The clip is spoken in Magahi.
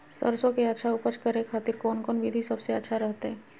सरसों के अच्छा उपज करे खातिर कौन कौन विधि सबसे अच्छा रहतय?